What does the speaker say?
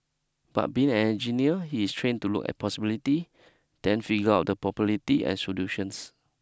but being an engineer he is trained to look at possibility then figure out the probability and solutions